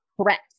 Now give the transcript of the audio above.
correct